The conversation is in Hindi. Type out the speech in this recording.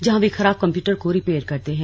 जहां वे खराब कम्प्यूटर को रिपेयर करते हैं